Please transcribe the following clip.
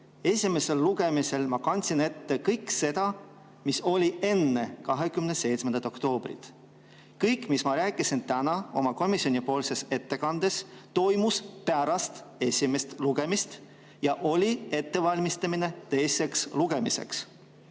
Esimesel lugemisel ma kandsin ette kõik selle, mis oli enne 27. oktoobrit. Kõik, mis ma rääkisin täna oma ettekandes, toimus pärast esimest lugemist ja komisjonis oli ettevalmistamine teiseks lugemiseks.